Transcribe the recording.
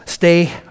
stay